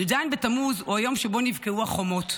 י"ז בתמוז הוא היום שבו נבקעו החומות,